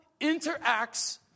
interacts